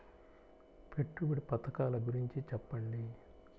పెట్టుబడి పథకాల గురించి చెప్పండి?